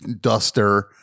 duster